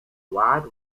wide